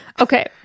Okay